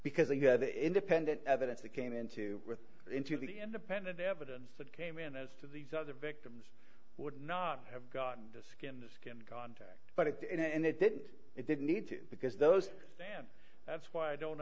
because the independent evidence that came into into the independent evidence that came in as to these other victims would not have gotten disc in the skin contact but it did and it did it didn't need to because those stand that's why i don't